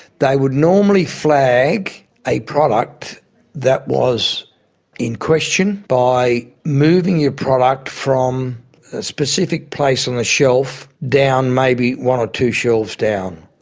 they would normally flag a product that was in question by moving your product from a specific place on the shelf down maybe one or two shelves down,